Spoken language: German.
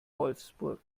wolfsburg